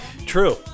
True